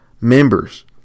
members